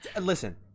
listen